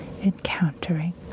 encountering